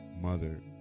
mother